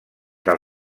del